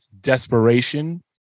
desperation